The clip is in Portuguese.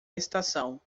estação